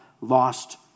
lost